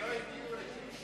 שלא הגיעו לגיל 60